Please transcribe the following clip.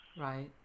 right